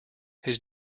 his